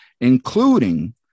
including